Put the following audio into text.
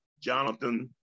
Jonathan